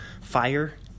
fire